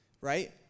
right